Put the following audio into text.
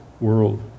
world